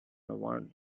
one